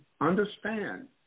understand